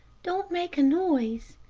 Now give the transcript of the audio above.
don't make a noise,